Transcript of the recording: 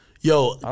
Yo